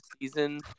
season